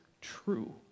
true